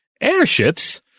airships